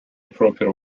proper